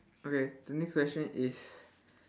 okay the next question is